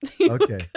Okay